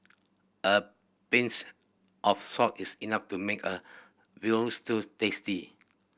a pinch of salt is enough to make a veal stew tasty